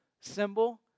symbol